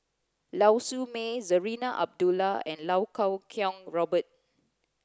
Lau Siew Mei Zarinah Abdullah and Lau Kuo Kwong Robert